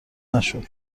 نشد